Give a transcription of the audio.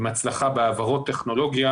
עם הצלחה בהעברות טכנולוגיה.